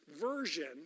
version